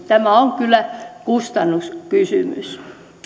tämä on kyllä kustannuskysymys